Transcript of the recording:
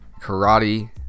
Karate